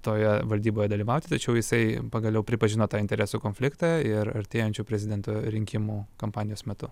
toje valdyboje dalyvauti tačiau jisai pagaliau pripažino tą interesų konfliktą ir artėjančių prezidento rinkimų kampanijos metu